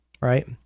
right